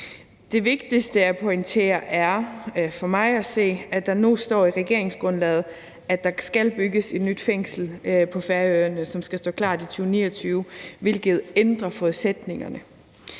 Det vigtigste at pointere er for mig at se, at der nu står i regeringsgrundlaget, at der skal bygges et nyt fængsel på Færøerne, som skal stå klar i 2029, hvilket ændrer forudsætningerne.